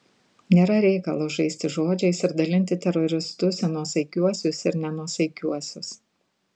nėra reikalo žaisti žodžiais ir dalinti teroristus į nuosaikiuosius ir nenuosaikiuosius